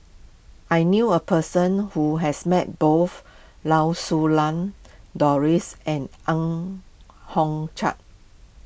I knew a person who has met both Lau Siew Lang Doris and Ang Hiong Chiok